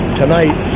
tonight